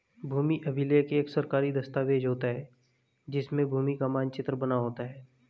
भूमि अभिलेख एक सरकारी दस्तावेज होता है जिसमें भूमि का मानचित्र बना होता है